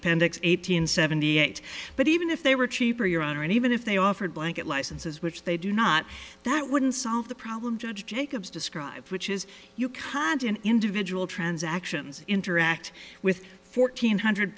appendix eight hundred seventy eight but even if they were cheaper your honor and even if they offered blanket licenses which they do not that wouldn't solve the problem judge jacobs describes which is you can't an individual transactions interact with fourteen hundred